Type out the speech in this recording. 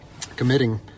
committing